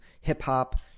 hip-hop